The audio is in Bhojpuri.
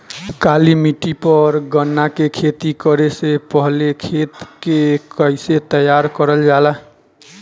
काली मिट्टी पर गन्ना के खेती करे से पहले खेत के कइसे तैयार करल जाला?